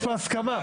יש כאן הסכמה.